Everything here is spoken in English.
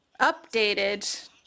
updated